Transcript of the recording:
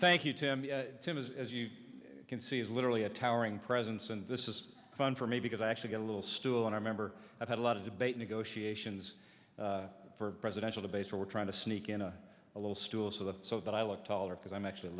thank you tim tim is as you can see is literally a towering presence and this is fun for me because i actually get a little stool and i remember i've had a lot of debate negotiations for presidential debates where we're trying to sneak in a little stool so that so that i look taller because i'm actually a